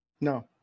No